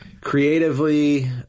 Creatively